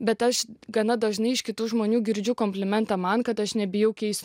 bet aš gana dažnai iš kitų žmonių girdžiu komplimentą man kad aš nebijau keis